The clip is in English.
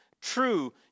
True